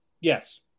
Yes